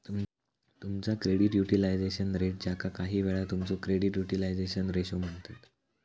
तुमचा credit utilisation rate, ज्याका काहीवेळा तुमचो क्रेडिट युटिलायझेशन रेशो म्हणतत